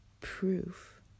proof